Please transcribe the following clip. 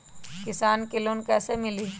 किसान के लोन कैसे मिली?